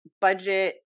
budget